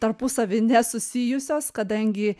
tarpusavy nesusijusios kadangi